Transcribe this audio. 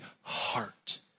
heart